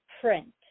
print